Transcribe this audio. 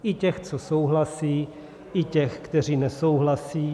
I těch, co souhlasí, i těch, kteří nesouhlasí.